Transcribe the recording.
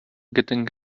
getting